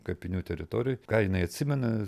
kapinių teritorijoj ką jinai atsimena